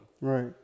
Right